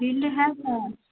field है sir